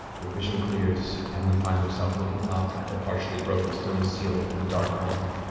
your vision clears, and you find yourself looking up at the partially broken stone ceiling of the dark altar